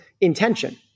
intention